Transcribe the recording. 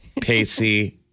Pacey